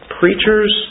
preachers